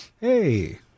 hey